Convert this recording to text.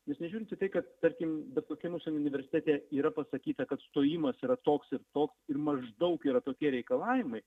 jūs nežiūrit į tai kad tarkim bet kokiam mūsų universitete yra pasakyta kad stojimas yra toks ir toks ir maždaug yra tokie reikalavimai